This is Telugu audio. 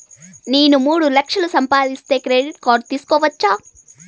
నేను మూడు లక్షలు సంపాదిస్తే క్రెడిట్ కార్డు తీసుకోవచ్చా?